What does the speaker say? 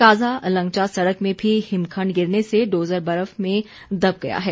काजा लंगचा सड़क में भी हिमखण्ड गिरने से डोजर बर्फ में दब गया है